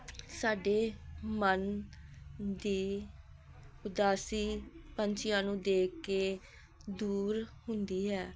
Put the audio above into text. ਸਾਡੇ ਮਨ ਦੀ ਉਦਾਸੀ ਪੰਛੀਆਂ ਨੂੰ ਦੇਖ ਕੇ ਦੂਰ ਹੁੰਦੀ ਹੈ